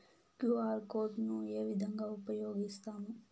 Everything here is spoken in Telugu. క్యు.ఆర్ కోడ్ ను ఏ విధంగా ఉపయగిస్తాము?